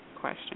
question